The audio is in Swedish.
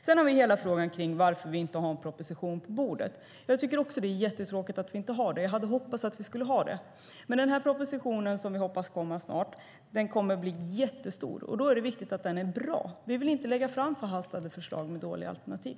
Sedan har vi hela frågan om varför vi inte har en proposition på bordet. Jag tycker också att det är jättetråkigt att vi inte har det, och jag hade hoppats att vi skulle ha det. Propositionen som vi hoppas ska komma snart kommer att bli jättestor, och då är det viktigt att den är bra. Vi vill inte lägga fram förhastade förslag med dåliga alternativ.